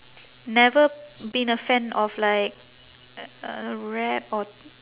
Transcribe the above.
never been a fan of like uh rap or